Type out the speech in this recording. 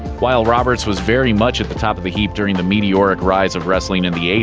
while roberts was very much at the top of the heap during the meteoric rise of wrestling in the eighty